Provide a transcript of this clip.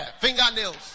fingernails